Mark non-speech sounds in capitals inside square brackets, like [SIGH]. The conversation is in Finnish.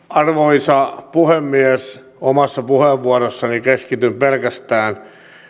[UNINTELLIGIBLE] arvoisa puhemies omassa puheenvuorossani keskityn pelkästään